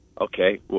okay